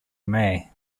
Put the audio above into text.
may